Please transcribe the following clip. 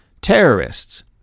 terrorists